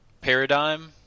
paradigm